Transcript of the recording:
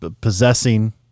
possessing